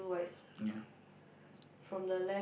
ya